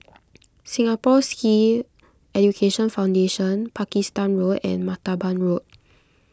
Singapore Sikh Education Foundation Pakistan Road and Martaban Road